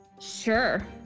Sure